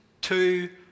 two